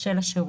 של השירות.